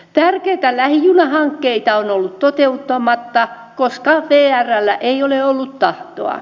tärkeitä lähijunahankkeita on ollut toteuttamatta koska vrllä ei ole ollut tahtoa